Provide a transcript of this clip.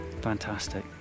Fantastic